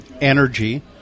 energy